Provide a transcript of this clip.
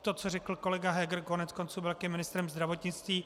To, co řekl kolega Heger, koneckonců byl také ministrem zdravotnictví.